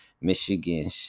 Michigan